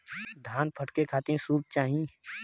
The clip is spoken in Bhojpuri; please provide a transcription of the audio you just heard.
धान फटके खातिर सूप चाही